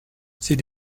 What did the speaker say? ces